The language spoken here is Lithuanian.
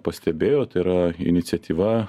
pastebėjot yra iniciatyva